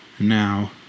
Now